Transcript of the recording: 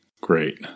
Great